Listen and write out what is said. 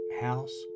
house